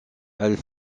elles